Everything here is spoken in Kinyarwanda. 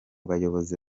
bayobozi